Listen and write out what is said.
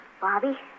Bobby